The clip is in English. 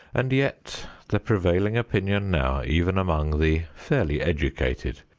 and yet the prevailing opinion now, even among the fairly educated,